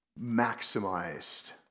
maximized